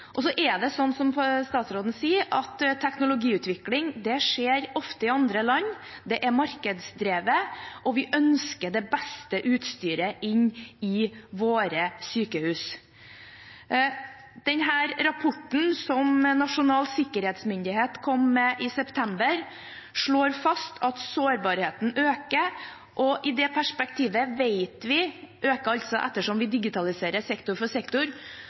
er det også sånn, som statsråden sier, at teknologiutvikling ofte skjer i andre land, det er markedsdrevet, og vi ønsker det beste utstyret inn i våre sykehus. Den rapporten som Nasjonal sikkerhetsmyndighet kom med i september, slår fast at sårbarheten øker ettersom vi digitaliserer sektor for sektor, og i det perspektivet vet vi